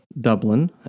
dublin